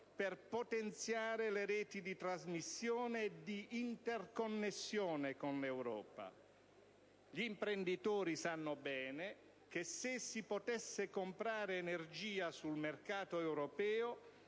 per potenziare le reti di trasmissione e di interconnessione con l'Europa. Gli imprenditori sanno bene che, se si potesse comprare energia sul mercato europeo,